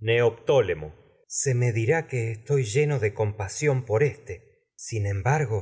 dirá que lleno a de com pasión ce por éste sin embargo